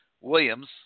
Williams